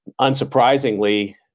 Unsurprisingly